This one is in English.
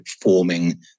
forming